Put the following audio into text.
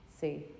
See